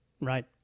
right